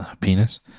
penis